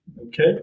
Okay